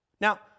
Now